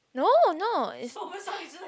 no no is